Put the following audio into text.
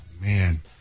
Man